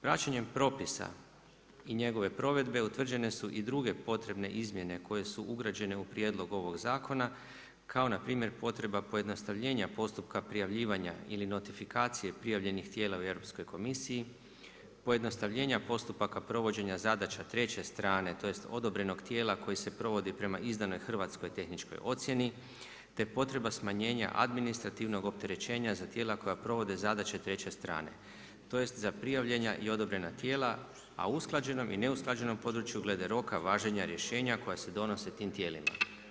Praćenjem propisa i njegove provedbe utvrđene su i druge potrebne izmjene koje su ugrađene u prijedlog ovog zakona kao na primjer potreba pojednostavljenja postupka prijavljivanja ili notifikacije prijavljenih tijela u Europskoj komisiji, pojednostavljenja postupaka provođenja zadaća treće strane, tj. odobrenog tijela koji se provodi prema izdanoj hrvatskoj tehničkoj ocjeni, te potreba smanjenja administrativnog opterećenja za tijela koja provode zadaće treće strane, tj. za prijavljena i odobrena tijela, a usklađenom i neusklađenom području glede roka važenja rješenja koja se donose tim tijelima.